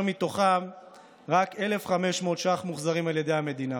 ומהם רק 1,500 ש"ח מוחזרים על ידי המדינה.